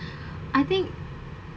I think